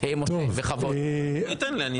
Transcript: היו גורמים שתמכו בו --- חנוך, תן לו להשלים.